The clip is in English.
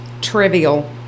Trivial